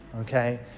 okay